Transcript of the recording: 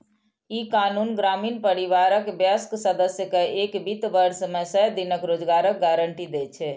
ई कानून ग्रामीण परिवारक वयस्क सदस्य कें एक वित्त वर्ष मे सय दिन रोजगारक गारंटी दै छै